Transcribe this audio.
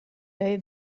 day